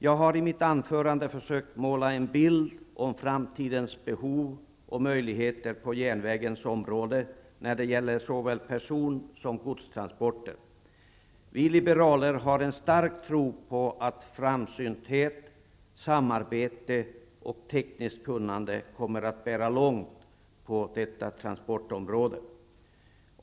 Jag har i mitt anförande försökt måla en bild av framtidens behov och möjligheter på järnvägens område då det gäller såväl person som godstransporter. Vi liberaler har en stark tro på att framsynthet, samarbete och tekniskt kunnande kommer att bära långt på detta transportområde.